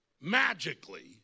magically